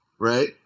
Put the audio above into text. Right